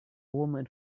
woman